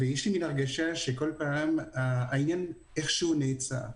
ויש לי מין הרגשה שבכל פעם העניין איכשהו נעצר.